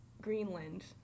Greenland